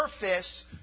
surface